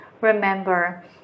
Remember